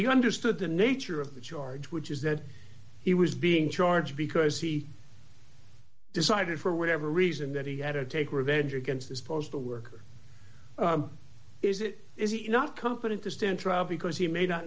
he understood the nature of the charge which is that he was being charged because he decided for whatever reason that he had to take revenge against this postal worker is it is he not competent to stand trial because he may not